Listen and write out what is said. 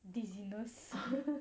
dizziness